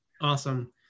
Awesome